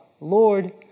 Lord